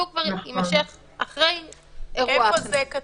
שהוא כבר יימשך אחרי אירוע --- איפה זה כתוב?